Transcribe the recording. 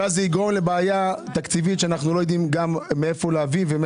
שאז זה יגרום לבעיה תקציבית שאנחנו לא יודעים גם מאיפה להביא.